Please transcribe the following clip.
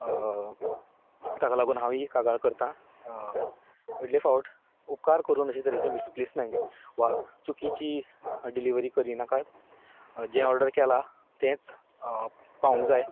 ताका लागून हांव ही कागाळ करतां फुडले फावट उपकार करून अशे तरेची मिसप्लेसमेंट वा चुकीची डिलीवरी करिनाकात जें ऑर्डर केलां तेंच पावूंक जाय